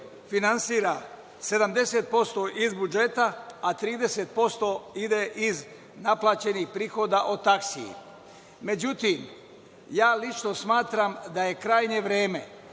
finansira 70% iz budžeta, a 30% ide iz naplaćenih prihoda od taksi. Međutim, lično smatram da je krajnje vreme